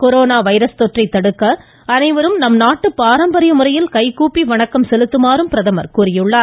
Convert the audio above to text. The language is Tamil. கொரோனா வைஸ் தொற்றை தடுக்க அனைவரும் நம்நாட்டு பாரம்பரிய முறையில் கைக்கூப்பி வணக்கம் செலுத்துமாறும் பிரதமர் கூறியுள்ளார்